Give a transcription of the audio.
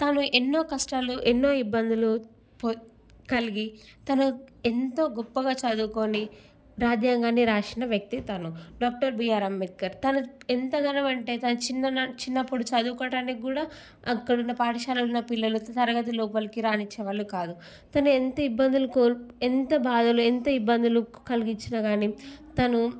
తాను ఎన్నో కష్టాలు ఎన్నో ఇబ్బందులు పొ కల్గి తను ఎంతో గొప్పగా చదువుకోని రాజ్యాంగాన్ని రాసిన వ్యక్తి తను డాక్టర్ బిఆర్ అంబేద్కర్ తను ఎంతగానో అంటే తను చిన్ననాటి చిన్నప్పుడు చదువుకోటానిక్కూడా అక్కడున్న పాఠశాలలో ఉన్న పిల్లలు తరగతి లోపలికి రానిచ్చేవాళ్ళు కాదు తను ఎంత ఇబ్బందులు కోల్ ఎంత బాధలు ఎంత ఇబ్బందులు కలిగిచ్చినా గానీ తను